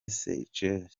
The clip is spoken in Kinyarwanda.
seychelles